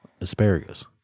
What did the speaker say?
Asparagus